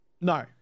no